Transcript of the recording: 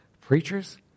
Preachers